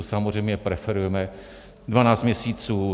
Samozřejmě preferujeme dvanáct měsíců.